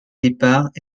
départ